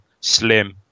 slim